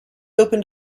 opened